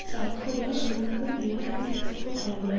South Korea Singapore Vietnam Mexico Colombia